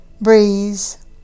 breeze